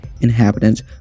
inhabitants